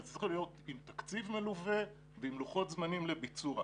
אבל זה צריך להיות עם תקציב מלווה ועם לוחות זמנים לביצוע.